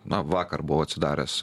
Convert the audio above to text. na vakar buvau atsidaręs